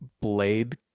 blade